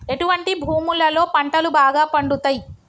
ఎటువంటి భూములలో పంటలు బాగా పండుతయ్?